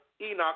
Enoch